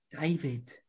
David